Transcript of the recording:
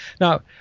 Now